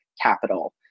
capital